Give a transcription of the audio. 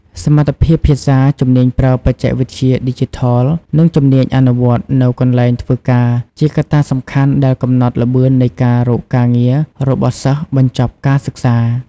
សមត្ថភាពភាសា ជំនាញប្រើបច្ចេកវិទ្យាឌីជីថល និងជំនាញអនុវត្តន៍នៅកន្លែងធ្វើការជាកត្តាសំខាន់ដែលកំណត់ល្បឿននៃការរកការងាររបស់សិស្សបញ្ចប់ការសិក្សា។